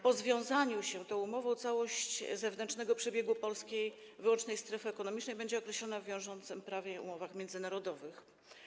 Po związaniu się tą umową całość zewnętrznego przebiegu polskiej wyłącznej strefy ekonomicznej będzie określana w wiążącym prawie i umowach międzynarodowych.